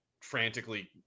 frantically